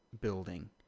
building